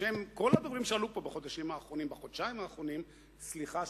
בשם כל הדוברים שעלו פה בחודשים האחרונים: סליחה שצדקנו.